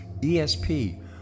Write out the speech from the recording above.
ESP